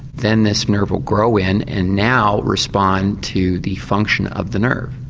then this nerve will grow in and now respond to the function of the nerve.